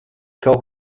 kaut